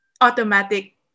automatic